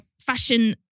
fashion